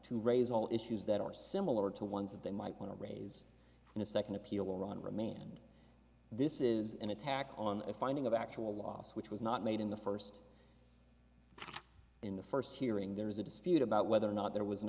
to raise all issues that are similar to ones that they might want to raise in a second appeal or on remand this is an attack on a finding of actual loss which was not made in the first in the first hearing there is a dispute about whether or not there was an